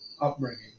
upbringing